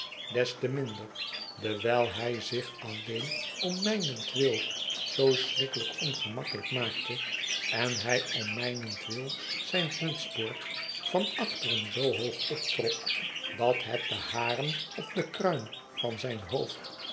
des te minder dewijl hij zich alleen om mijnentwil zoo schrikkelijk ongemakkelijk maakte en hij om mijnentwil zijn hemdsboord van achteren zoo hoog optrok dat het de haren op jo in de tegenwoordigheid van jufvbouw havisham de kruin van zijn hoofd